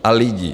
A lidí.